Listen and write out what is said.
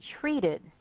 treated